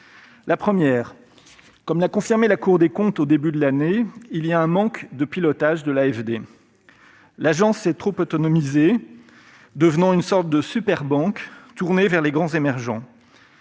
Premièrement, comme l'a confirmé la Cour des comptes au début de l'année, l'AFD souffre d'un défaut de pilotage. L'Agence s'est trop autonomisée, devenant une sorte de « super-banque » tournée vers les grands émergents.